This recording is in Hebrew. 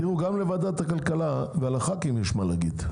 תראו, גם לוועדת הכלכלה, גם לח"כים יש מה להגיד.